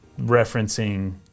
referencing